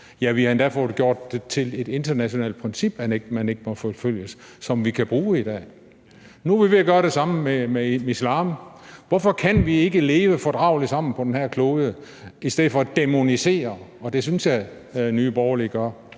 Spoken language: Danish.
Ja, vi har endda fået gjort det til et internationalt princip, at man ikke må forfølges, som vi kan bruge i dag. Nu er vi ved at gøre det samme med islam. Hvorfor kan vi ikke leve fordrageligt sammen på den her klode i stedet for at dæmonisere hinanden? Det synes jeg Nye Borgerlige gør,